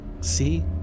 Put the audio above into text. See